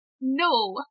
No